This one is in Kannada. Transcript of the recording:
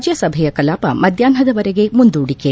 ರಾಜ್ಯಸಭೆಯ ಕಲಾಪ ಮಧ್ಭಾಹ್ನದವರೆಗೆ ಮುಂದೂಡಿಕೆ